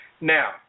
Now